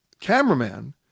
cameraman